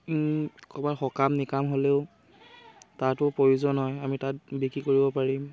ক'বাত সকাম নিকাম হ'লেও তাতো প্ৰয়োজন হয় আমি তাত বিক্ৰী কৰিব পাৰিম